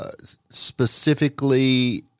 specifically